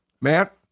Matt